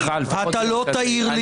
אני אגיד לך לפחות --- אתה לא תעיר לי.